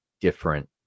different